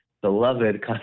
beloved